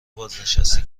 بازنشسته